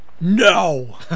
No